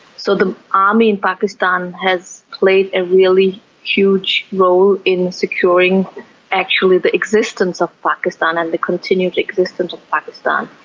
so the army in pakistan has played a and really huge role in securing actually the existence of pakistan and the continued existence of pakistan,